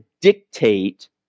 dictate